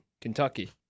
Kentucky